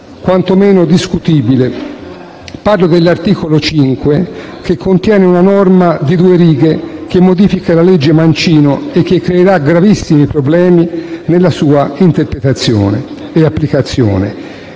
quantomeno discutibile. Parlo dell'articolo 5, che contiene una norma di due righe che modifica la legge Mancino e che creerà gravissimi problemi nella sua interpretazione e applicazione.